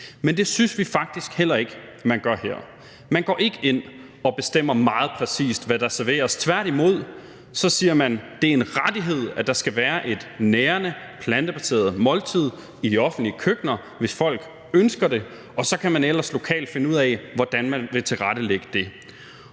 Men det synes vi faktisk heller ikke at man gør her. Man går ikke ind og bestemmer meget præcist, hvad der skal serveres, tværtimod siger man, at det er en rettighed, at der skal være et nærende plantebaseret måltid i de offentlige køkkener, hvis folk ønsker det, og så kan man ellers lokalt finde ud af, hvordan man vil tilrettelægge det.